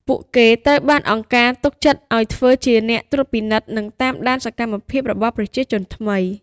ពួកគេត្រូវបានអង្គការទុកចិត្តឱ្យធ្វើជាអ្នកត្រួតពិនិត្យ និងតាមដានសកម្មភាពរបស់ប្រជាជនថ្មី។